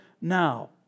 now